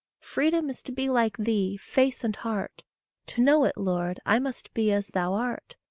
freedom is to be like thee, face and heart to know it, lord, i must be as thou art,